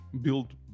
build